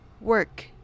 work